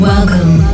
Welcome